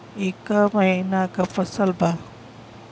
ई क महिना क फसल बा?